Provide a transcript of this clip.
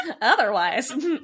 Otherwise